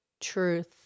truth